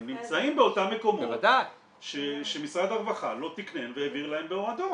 הם נמצאים באותם מקומות שמשרד הרווחה לא תקנן והעביר להם בהועדות.